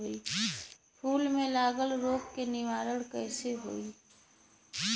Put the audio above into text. फूल में लागल रोग के निवारण कैसे होयी?